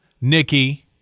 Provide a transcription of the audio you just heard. Nikki